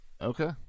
Okay